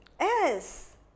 Yes